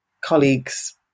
colleagues